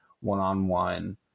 one-on-one